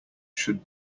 should